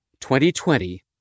2020